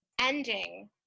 ending